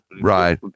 Right